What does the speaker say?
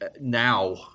now